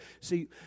See